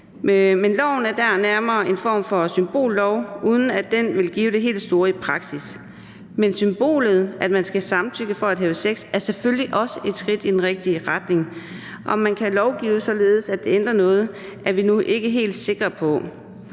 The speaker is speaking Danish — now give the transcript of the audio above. Loven er nærmere en form for symbollov, uden at den vil give det helt store i praksis. Men symbolet, altså at man skal samtykke for at have sex, er selvfølgelig også et skridt i den rigtige retning. Om man kan lovgive, således at det ændrer noget, er vi nu ikke helt sikre på.